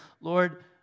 Lord